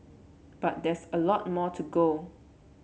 but there's a lot more to go